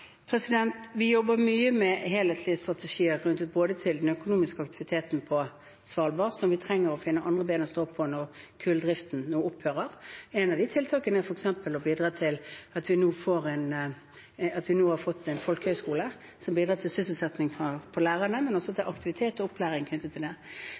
Vi jobber mye med helhetlige strategier knyttet til den økonomiske aktiviteten på Svalbard, der vi trenger å finne andre ben å stå på når kulldriften nå opphører. Et av de tiltakene er f.eks. at vi nå har fått en folkehøyskole som bidrar til sysselsetting for lærerne, men også til aktivitet og opplæring knyttet til det.